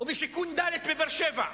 ובשיכון ד' בבאר-שבע.